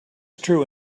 true